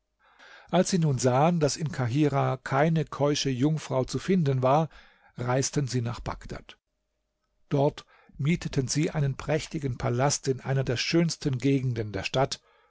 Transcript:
als sie nun sahen daß in kahirah keine keusche jungfrau zu finden war reisten sie nach bagdad dort mieteten sie einen prächtigen palast in einer der schönsten gegenden der stadt